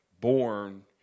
born